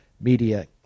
media